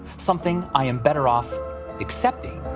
something i am better off accepting?